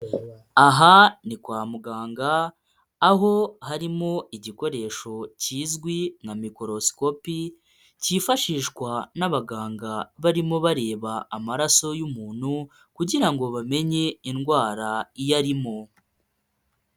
Aha ni kwa muganga aho harimo igikoresho kizwi nka mikorosikopi cyifashishwa n'abaganga barimo bareba amaraso y'umuntu kugira ngo bamenye indwara iyarimo.